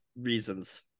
reasons